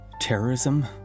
Terrorism